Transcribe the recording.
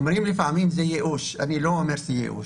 לפעמים אומרים שזה ייאוש, אני לא אומר שיש ייאוש.